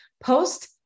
Post